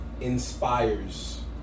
inspires